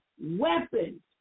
weapons